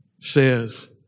says